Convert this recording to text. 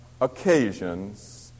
occasions